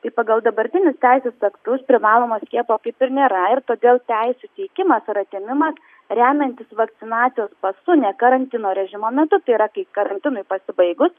tai pagal dabartinius teisės aktus privalomo skiepo kaip ir nėra ir todėl teisių teikimas ar atėmimas remiantis vakcinacijos pasu ne karantino režimo metu tai yra kai karantinui pasibaigus